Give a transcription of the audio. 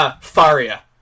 Faria